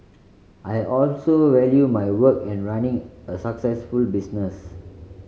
I also value my work and running a successful business